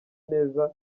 neza